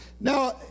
Now